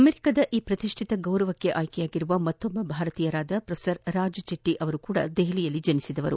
ಅಮೆರಿಕದ ಈ ಪ್ರತಿಷ್ಠಿತ ಗೌರವಕ್ಕೆ ಆಯ್ಕೆಯಾಗಿರುವ ಮತ್ತೊಬ್ಬ ಭಾರತೀಯರಾದ ಪ್ರೊಫೆಸರ್ ರಾಜ್ ಚೆಟ್ಟ ಅವರೂ ಸಹ ದೆಹಲಿಯಲ್ಲಿ ಜನಿಸಿದವರು